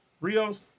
Rios